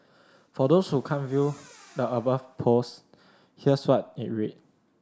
for those who can't view the above post here's what it read